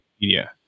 Media